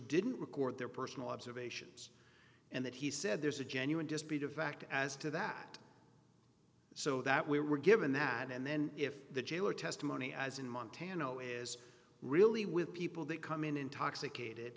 didn't record their personal observations and that he said there's a genuine dispute of back as to that so that we were given that and then if the jailer testimony as in montana is really with people that come in intoxicated